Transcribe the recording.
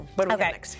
okay